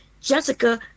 Jessica